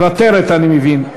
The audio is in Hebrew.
מוותרת, אני מבין.